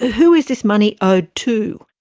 who is this money owed to?